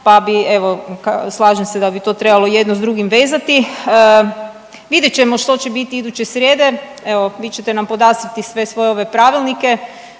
pa bi evo, slažem se da bi to trebalo jedno s drugim vezati. Vidit ćemo što će biti iduće srijede, evo, vi ćete nam podastrti sve svoje ove pravilnike,